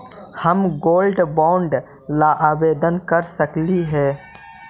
हम gold bond ला आवेदन कर सकली हे?